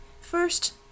First